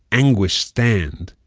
anguished stand,